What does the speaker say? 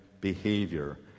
behavior